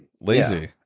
lazy